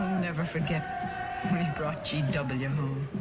never forget when he brought g w. home.